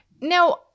now